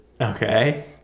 Okay